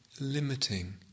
limiting